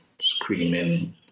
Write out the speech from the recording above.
screaming